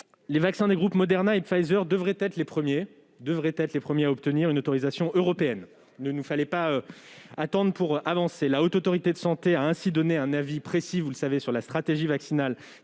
Les vaccins des groupes Moderna et Pfizer devraient être les premiers à obtenir une autorisation européenne. Il ne nous fallait pas l'attendre pour avancer. La Haute Autorité de santé a, ainsi, donné un avis précis sur la stratégie vaccinale,